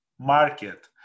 market